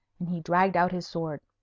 and he dragged out his sword.